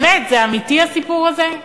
באמת, זה אמיתי הסיפור הזה?